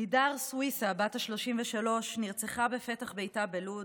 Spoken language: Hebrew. לידר סוויסה בת ה-33 נרצחה בפתח ביתה בלוד.